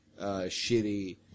shitty